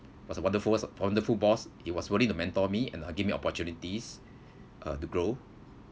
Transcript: was a wonderful was~ wonderful boss he was willing to mentor me and uh give me opportunities uh to grow